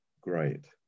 great